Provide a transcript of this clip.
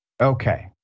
Okay